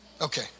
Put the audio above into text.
Okay